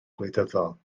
gwleidyddol